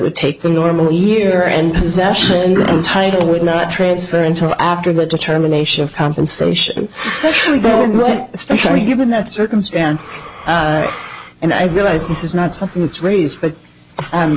would take the normal year and possession and title would not transfer until after the determination of compensation especially given that circumstance and i realize this is not something that's raised